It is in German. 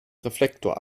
reflektor